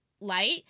light